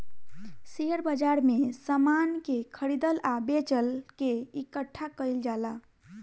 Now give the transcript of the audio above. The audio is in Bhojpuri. शेयर बाजार में समान के खरीदल आ बेचल के इकठ्ठा कईल जाला